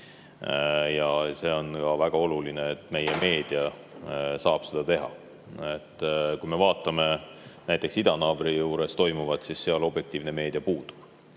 Ja see on väga oluline, et meie meedia saab seda teha. Kui me vaatame näiteks idanaabri juures toimuvat, siis seal objektiivne meedia puudub.